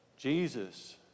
Jesus